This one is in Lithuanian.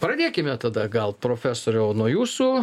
pradėkime tada gal profesoriau nuo jūsų